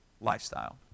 lifestyle